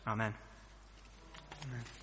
Amen